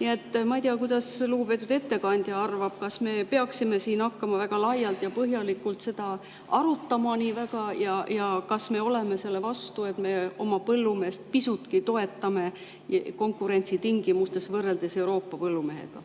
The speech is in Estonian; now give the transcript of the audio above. Nii et ma ei tea, kuidas lugupeetud ettekandja arvab, kas me peaksime seda siin väga laialt ja põhjalikult arutama. Kas me oleme selle vastu, et me oma põllumeest pisutki toetame konkurentsitingimustes võrreldes Euroopa põllumehega?